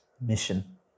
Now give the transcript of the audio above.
mission